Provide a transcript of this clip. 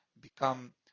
become